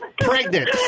Pregnant